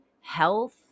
health